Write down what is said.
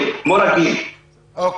אבל